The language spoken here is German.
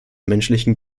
menschlichen